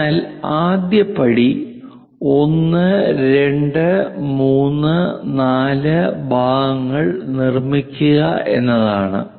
അതിനാൽ ആദ്യ പടി 1 2 3 4 ഭാഗങ്ങൾ നിർമിക്കുക എന്നതാണ്